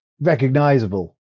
recognizable